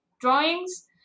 drawings